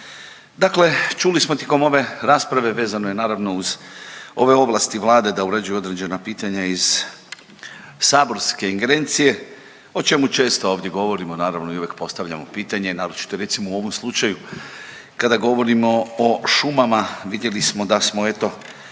Dakle, čuli smo tijekom ove rasprave, vezano je naravno uz ove ovlasti Vlade da uređuju određena pitanja iz saborske ingerencije o čemu često ovdje govorimo, naravno i uvijek postavljamo pitanje, naročito recimo u ovom slučaju kada govorimo o šumama. Vidjeli smo da smo eto,